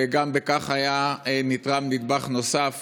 וגם בכך היה נתרם נדבך נוסף